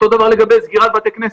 אותו דבר לגבי סגירת בתי כנסת.